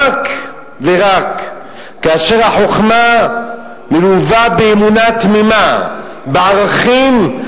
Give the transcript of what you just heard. ורק כאשר החוכמה מלווה באמונה תמימה, בערכים,